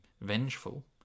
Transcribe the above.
vengeful